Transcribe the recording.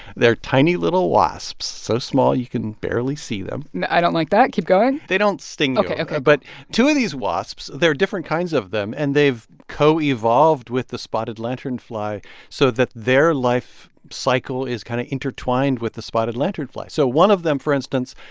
they're tiny little wasps, so small you can barely see them i don't like that. keep going they don't sting you ok. ok but two of these wasps there are different kinds of them. and they've coevolved with the spotted lanternfly so that their life cycle is kind of intertwined with the spotted lanternfly. so one of them, for instance,